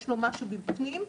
יש לו משהו בפנים,